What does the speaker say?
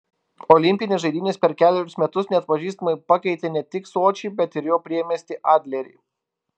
olimpinės žaidynės per kelerius metus neatpažįstamai pakeitė ne tik sočį ir jo priemiestį adlerį